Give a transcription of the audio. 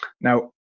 now